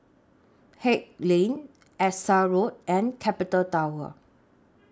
Haig Lane Essex Road and Capital Tower